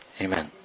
Amen